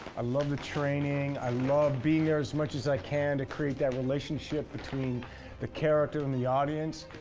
i love the training, i love being there as much as i can to create that relationship between the character and the audience.